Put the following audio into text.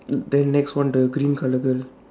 then next one the green colour girl